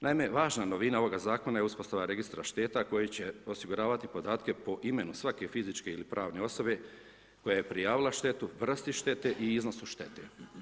Naime, važna novina ovoga zakona je uspostava registra šteta koji će osiguravati podatke po imenu svake fizičke ili pravne osobe koja je prijavila štetu, vrsti štete i iznosu štete.